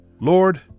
Lord